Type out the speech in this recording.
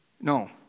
No